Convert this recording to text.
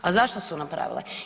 A zašto su napravile?